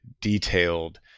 detailed